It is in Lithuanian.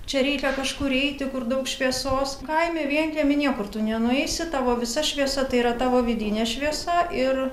čia reikia kažkur eiti kur daug šviesos kaime vienkiemy niekur tu nenueisi tavo visa šviesa tai yra tavo vidinė šviesa ir